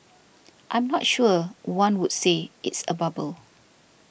I'm not sure one would say it's a bubble